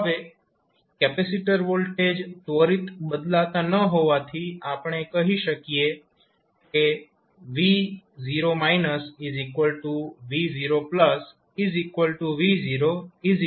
હવે capacitor voltage ત્વરિત બદલાતા ન હોવાથી આપણે કહી શકીએ કે vv0v15V